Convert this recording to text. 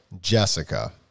Jessica